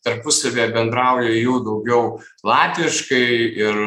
tarpusavyje bendrauja jau daugiau latviškai ir